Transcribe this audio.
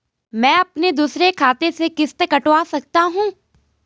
मैं अपने दूसरे खाते से किश्त कटवा सकता हूँ?